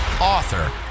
Author